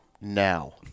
now